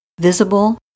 visible